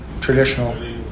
traditional